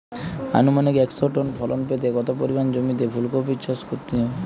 আনুমানিক একশো টন ফলন পেতে কত পরিমাণ জমিতে ফুলকপির চাষ করতে হবে?